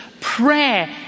Prayer